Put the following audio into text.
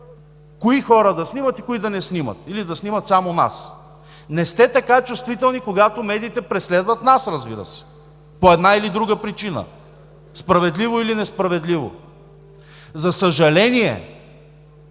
кои хора да снимат и кои да не снимат, или да снимат само нас. Не сте така чувствителни, когато медиите преследват нас, разбира се, по една или друга причина, справедливо или несправедливо. За съжаление